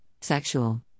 sexual